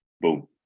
boom